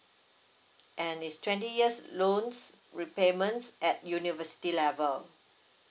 and it's twenty years loans repayments at university level